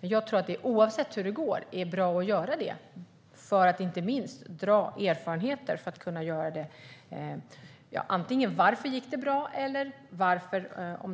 Men oavsett hur det går tror jag att det är bra att göra den för att inte minst dra slutsatser om varför det gick bra eller, i